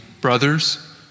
brothers